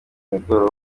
mugoroba